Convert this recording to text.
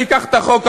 תיקח את החוק,